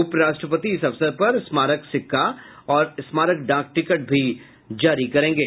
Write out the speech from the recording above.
उपराष्ट्रपति इस अवसर पर स्मारक सिक्का और स्मारक डाक टिकट भी जारी करेंगे